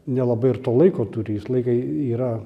nelabai ir to laiko turi jis laiką yra